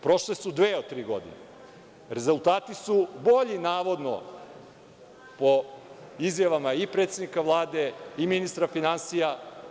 Prošle su dve godine, rezultati su bolji, navodno, po izjavama i predsednika Vlade i ministra finansija.